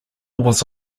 was